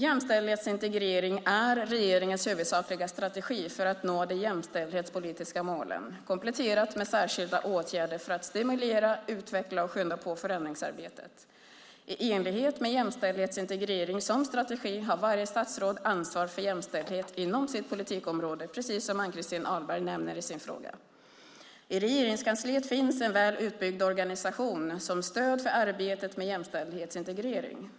Jämställdhetsintegrering är regeringens huvudsakliga strategi för att nå de jämställdhetspolitiska målen, kompletterat med särskilda åtgärder för att stimulera, utveckla och skynda på förändringsarbetet. I enlighet med jämställdhetsintegrering som strategi har varje statsråd ansvar för jämställdhet inom sitt politikområde, precis som Ann-Christin Ahlberg nämner i sin fråga. I Regeringskansliet finns en väl utbyggd organisation som stöd för arbetet med jämställdhetsintegrering.